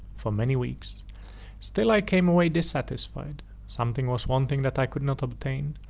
for many weeks still i came away dissatisfied something was wanting that i could not obtain,